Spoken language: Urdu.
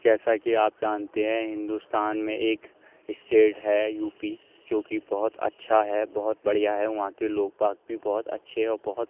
جیسا کہ آپ جانتے ہیں ہندوستان میں ایک اسٹیٹ ہے یو پی جو کہ بہت اچھا ہے بہت بڑھیا ہے وہاں کے لوگ پاگ بھی بہت اچھے اور بہت